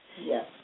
Yes